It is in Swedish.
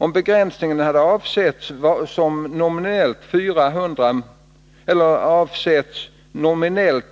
Om begränsningen hade angetts som '- 400 2 december 1981